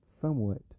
somewhat